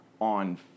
on